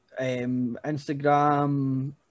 Instagram